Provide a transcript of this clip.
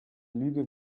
lüge